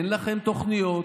אין לכם תוכניות,